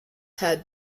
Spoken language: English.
had